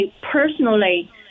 personally